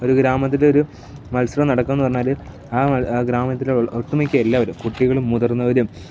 ഒരു ഗ്രാമത്തിലൊരു മത്സരം നടക്കുന്നു പറഞ്ഞാൽ ആ ഗ്രാമത്തിലെ ഒട്ടുമിക്ക എല്ലാവരും കുട്ടികളും മുതിർന്നവരും